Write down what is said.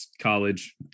college